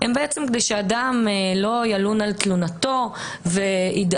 הם בעצם כדי שאדם לא ילון על תלונתו וידאג